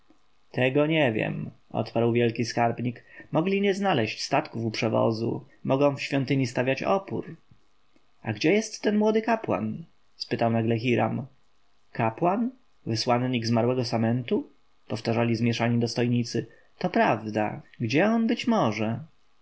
tego nie wiem odparł wielki skarbnik mogli nie znaleźć statków u przewozu mogą w świątyni stawiać opór a gdzie jest ten młody kapłan spytał nagle hiram kapłan wysłannik zmarłego samentu powtarzali zmieszani dostojnicy to prawda gdzie on być może